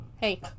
hey